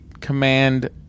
Command